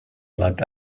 bleibt